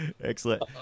excellent